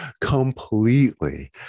completely